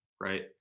Right